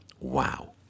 Wow